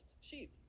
sheep